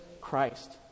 Christ